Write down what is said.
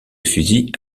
fusil